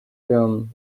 ffilm